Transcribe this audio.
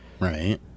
Right